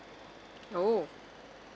oh